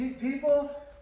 people